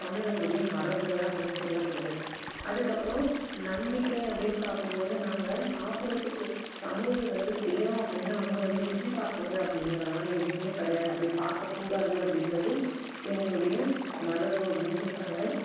தமிழர்களுடைய மரபுகளாக வந்து சொல்லப்படுது அதுக்கப்புறம் நம்பிக்கை அப்படின்னு பார்க்கும் போது நாங்கள் சாப்பிட்றத்துக்கு சமையல் வந்து செய்யணும் அப்படின்னா அங்கே வந்து ருசி பார்க்குறது அப்படிங்கிறதெல்லாம் எதுவுமே கிடையாது அப்படி பார்க்கக்கூடாது அப்படிங்கிறது எங்களுடைய மரபு அப்படின்னு சொல்லுறாங்க